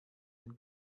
den